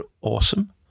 awesome